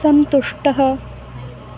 सन्तुष्टः